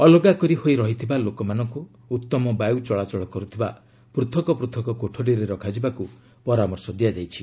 ଅଲଗା କରି ହୋଇ ରହିଥିବା ଲୋକମାନଙ୍କୁ ଉତ୍ତମ ବାୟୁ ଚଳାଚଳ କରୁଥିବା ପୃଥକ ପୃଥକ କୋଠରୀରେ ରଖାଯିବାକୁ ପରାମର୍ଶ ଦିଆଯାଇଛି